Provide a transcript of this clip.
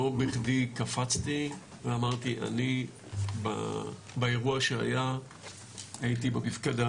בכדי קפצתי ואמרתי אני באירוע שהיה הייתי במפקדה